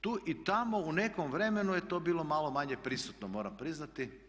Tu i tamo u nekom vremenu je to bilo malo manje prisutno, moram priznati.